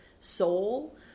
soul